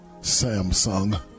Samsung